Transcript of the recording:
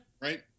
Right